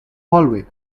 hallway